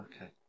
okay